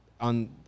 on